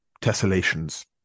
tessellations